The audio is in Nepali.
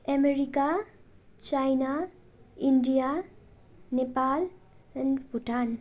America China India Nepal and Bhutan